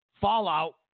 fallout